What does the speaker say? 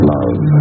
Love